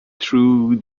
through